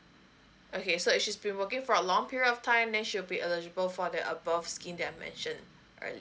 okay if she's been working for a long period of time then she will be eligible for the above scheme that I mentioned earlier